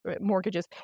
mortgages